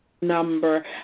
number